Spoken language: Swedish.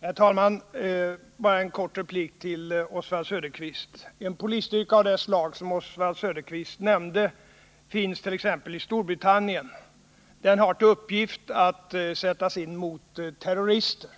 Herr talman! Bara en kort replik till Oswald Söderqvist. En polisstyrka av det slag Oswald Söderqvist nämnde finns t.ex. i Storbritannien. Den skall sättas in mot terrorister.